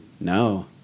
no